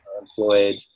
employed